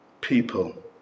people